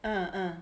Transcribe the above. ah ah